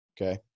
okay